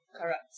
correct